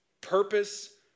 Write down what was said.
Purpose